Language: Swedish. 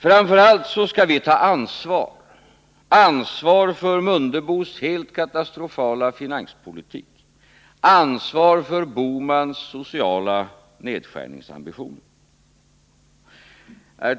Framför allt skall vi ta ansvar — ansvar för Mundebos helt katastrofala finanspolitik och ansvar för Bohmans sociala nedskärningsambitioner!